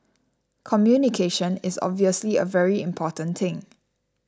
communication is obviously a very important thing